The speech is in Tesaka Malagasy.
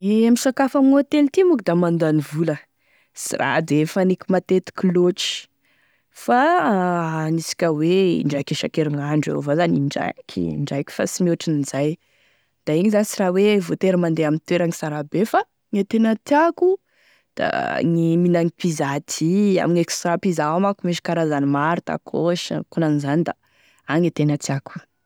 E misakafo ame hotely ty moko da mandany vola, sy raha de faniko matetiky lotry fa anisika hoe indraiky isan-kerignandro eo avao zany indraiky, indraiky, fa sy mihoatran'izay da igny zany sy raha hoe voatery mandeha ame toeragny sara be fa gne tena tiako da gne minagny pizza ty, amigne Extra pizza ao manko misy karazany maro, tacosh, ankonan'izany da agny e tena tiako.